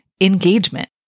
engagement